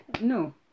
no